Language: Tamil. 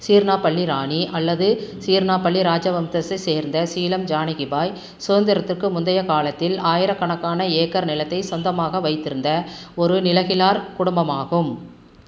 சீர்ணாபள்ளி ராணி அல்லது சீர்ணாபள்ளி ராஜவம்சத்தைச் சேர்ந்த சீலம் ஜானகி பாய் சுதந்திரத்திற்கு முந்தைய காலத்தில் ஆயிரக்கணக்கான ஏக்கர் நிலத்தை சொந்தமாக வைத்திருந்த ஒரு நிலக்கிழார் குடும்பமாகும்